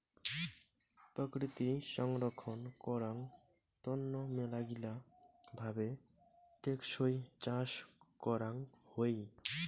প্রকৃতি সংরক্ষণ করাং তন্ন মেলাগিলা ভাবে টেকসই চাষ করাং হই